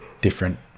different